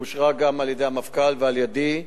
היא אושרה גם על-ידי המפכ"ל ועל-ידי.